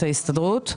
בהסתדרות.